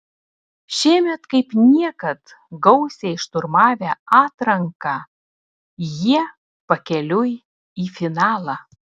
šiemet kaip niekad gausiai šturmavę atranką jie pakeliui į finalą